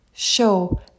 Show